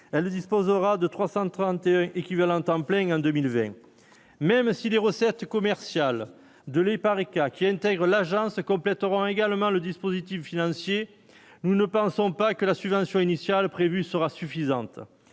elle disposera de 331 équivalents temps plein qu'en 2020, même si les recettes commerciales de l'Epareca qui intègre l'agence compléteront également le dispositif financier, nous ne pensons pas que la subvention initiale prévue sera suffisante,